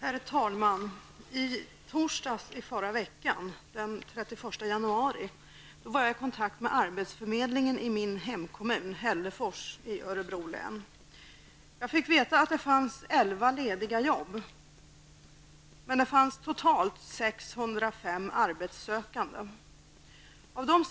Herr talman! I torsdags i förra veckan, den 31 januari, var jag i kontakt med arbetsförmedlingen i min hemkommun Hällefors i Örebro län. Då fick jag veta att det fanns 11 lediga jobb i kommunen. Det fanns totalt 605 arbetssökande. Av dem